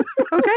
okay